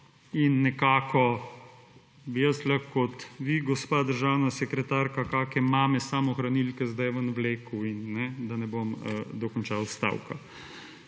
in nekako bi lahko jaz kot vi gospa državna sekretarka kake mame samohranilke sedaj ven vlekel in da ne bom dokončal stavka.